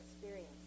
experience